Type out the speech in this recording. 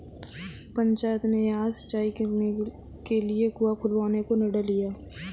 पंचायत ने आज सिंचाई के लिए कुआं खुदवाने का निर्णय लिया है